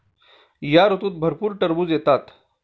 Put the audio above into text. या ऋतूत भरपूर टरबूज येतात